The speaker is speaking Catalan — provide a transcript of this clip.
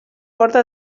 porta